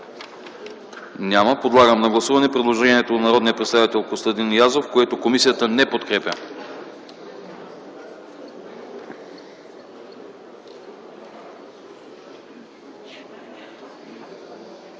Няма. Подлагам на гласуване предложението на народния представител Костадин Язов, което комисията не подкрепя.